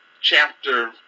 chapter